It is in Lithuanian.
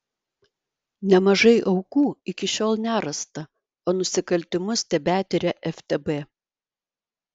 nemažai aukų iki šiol nerasta o nusikaltimus tebetiria ftb